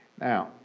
Now